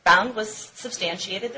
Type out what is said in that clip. found was substantiated